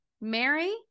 mary